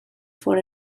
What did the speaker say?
for